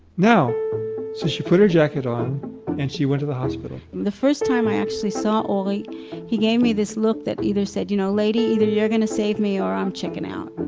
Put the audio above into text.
now! so she put her jacket on and she went to the hospital the first time i actually saw ori he gave me this look that either said, you know lady, either you're going to save me or i'm checking out.